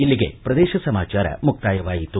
ಇಲ್ಲಿಗೆ ಪ್ರದೇಶ ಸಮಾಚಾರ ಮುಕ್ತಾಯವಾಯಿತು